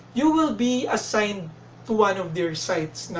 you will be assigned to one of their sites.